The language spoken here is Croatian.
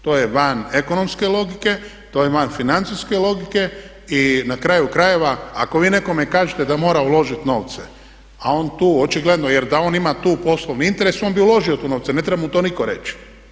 To je van ekonomske logike, to je van financijske logike i na kraju krajeva ako vi nekome kažete da mora uložiti novce a on tu očigledno jer da on ima tu poslovni interes on bi uložio tu novce, ne treba mu to nitko reći.